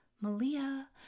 Malia